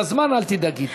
לזמן אל תדאגי.